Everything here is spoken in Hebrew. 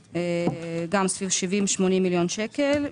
כ-70, 80 מיליון שקל.